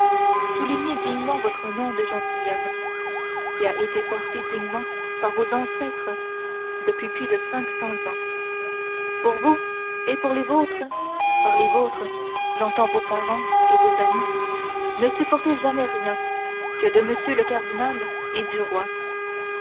soutenez dignement votre nom de gentilhomme qui a été porté dignement par vos ancêtres depuis plus de cinq cents ans pour vous et pour les vôtres par les vôtres j'entends vos parents et vos amis ne supportez jamais rien que de m le cardinal et du roi